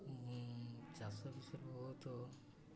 ଚାଷ ବିଷୟରେ ବହୁତ